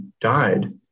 died